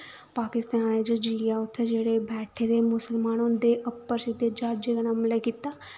पाकिस्तान च जाइयै उत्थें जेह्ड़े बैठे दे हे मुस्लमान उं'दे अप्पर सिद्धा ज्हाजे कन्नै हमला कीता